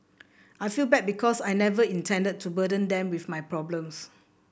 I feel bad because I never intended to burden them with my problems